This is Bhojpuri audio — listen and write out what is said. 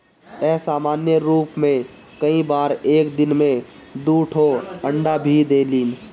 असामान्य रूप में कई बार एक दिन में दू ठो अंडा भी देलिन